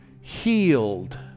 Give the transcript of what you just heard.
healed